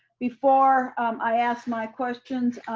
before i ask my questions,